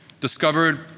Discovered